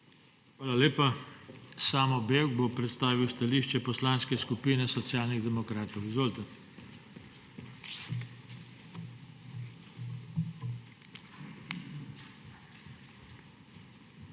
Hvala lepa. Samo Bevk bo predstavil stališče Poslanske skupine Socialnih demokratov. Izvolite. **SAMO